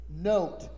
note